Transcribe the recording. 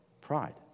Pride